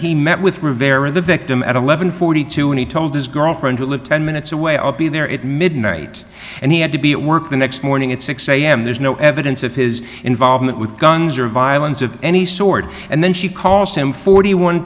he met with rivera the victim at one thousand one hundred and forty two and he told his girlfriend to live ten minutes away i'll be there at midnight and he had to be at work the next morning at six am there's no evidence of his involvement with guns or violence of any sort and then she calls him forty one